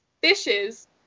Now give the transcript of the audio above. fishes